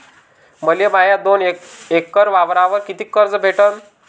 मले माया दोन एकर वावरावर कितीक कर्ज भेटन?